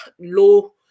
low